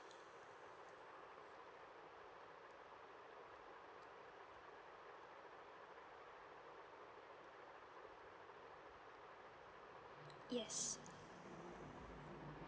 yes